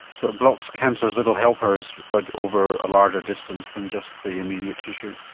so it blocks cancer's little helpers but over a larger distance than just the immediate tissue.